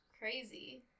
Crazy